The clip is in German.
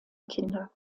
kinder